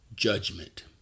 judgment